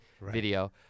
Video